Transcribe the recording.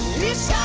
this